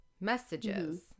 messages